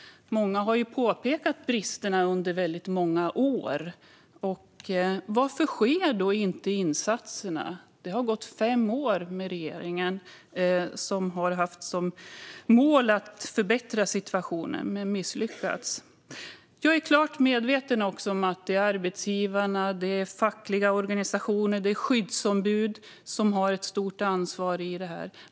Många har påpekat bristerna under många år. Varför sätts insatserna inte in? Det har gått fem år med regeringen som har haft som mål att förbättra situationen men misslyckats. Jag är klart medveten om att arbetsgivare, fackliga organisationer och skyddsombud har ett stort ansvar.